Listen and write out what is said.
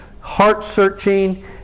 heart-searching